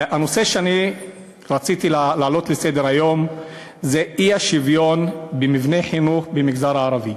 הנושא שאני רציתי להעלות לסדר-היום הוא האי-שוויון במבנים במגזר הערבי.